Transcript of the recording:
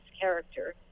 character